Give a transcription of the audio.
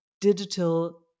digital